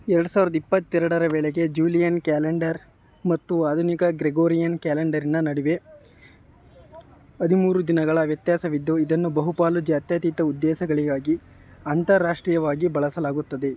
ಎರಡು ಸಾವ್ರ್ದ ಇಪ್ಪತ್ತೆರೆಡರ ವೇಳೆಗೆ ಜೂಲಿಯನ್ ಕ್ಯಾಲೆಂಡರ್ ಮತ್ತು ಆಧುನಿಕ ಗ್ರೆಗೋರಿಯನ್ ಕ್ಯಾಲೆಂಡರಿನ ನಡುವೆ ಹದಿಮೂರು ದಿನಗಳ ವ್ಯತ್ಯಾಸವಿದ್ದು ಇದನ್ನು ಬಹುಪಾಲು ಜಾತ್ಯತೀತ ಉದ್ದೇಶಗಳಿಗಾಗಿ ಅಂತಾರಾಷ್ಟ್ರೀಯವಾಗಿ ಬಳಸಲಾಗುತ್ತದೆ